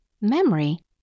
memory